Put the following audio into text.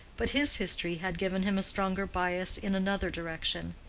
but his history had given him a stronger bias in another direction.